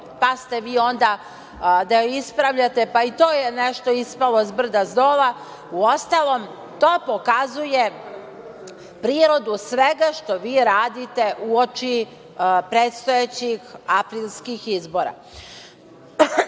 pa ste je vi onda ispravljali. I to je nešto ispalo zbrda-zdola. Uostalom, to pokazuje prirodu svega što vi radite u oči predstojećih aprilskih izbora. Miodrag